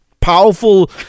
powerful